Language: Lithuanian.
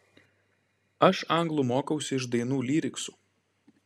aš anglų mokausi iš dainų lyriksų